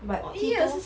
but T two